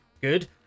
good